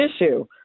issue